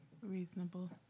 Reasonable